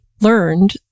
learned